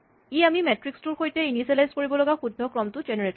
ই আমি মেট্ৰিক্স টোৰ সৈতে ইনিচিয়েলাইজ কৰিব লগা শুদ্ধ ক্ৰমটো জেনেৰেট কৰিব